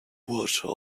water